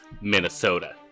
Minnesota